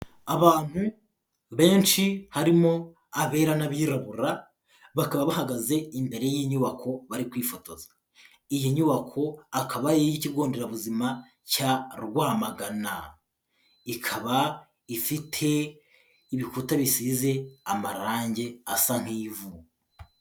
Abantu benshi harimo abera n'abirabura bakaba bahagaze imbere y'inyubako bari kwifotoza. Iyi nyubako akaba ari iy'ikigo nderabuzima cya Rwamagana. Ikaba ifite ibikuta bisize amarangi asa nk'ivu.